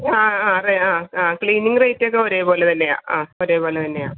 ആ ആ അതെ ആ ക്ലീനിങ്ങ് റേറ്റ് ഒക്കെ ഒരേ പോലെ തന്നെയാണ് ആ ഒരേ പോലെ തന്നെയാണ്